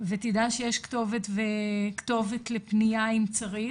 ותדע שיש כתובת לפנייה אם צריך,